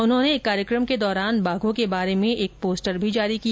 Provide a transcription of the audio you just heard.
उन्होंने एक कार्यक्रम के दौरान बाघों के बारे में एक पोस्टकर भी जारी किया